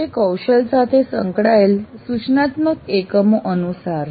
તે કૌશલ સાથે સંકળાયેલ સૂચનાત્મક એકમો અનુસાર છે